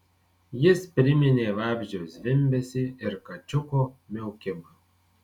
jis priminė vabzdžio zvimbesį ir kačiuko miaukimą